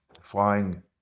flying